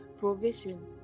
provision